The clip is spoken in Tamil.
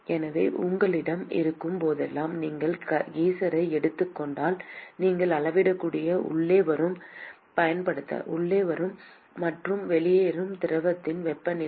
எனவே உங்களிடம் இருக்கும் போதெல்லாம் நீங்கள் கீசரை எடுத்துக் கொண்டால் நீங்கள் அளவிடக்கூடியது உள்ளே வரும் மற்றும் வெளியேறும் திரவத்தின் வெப்பநிலை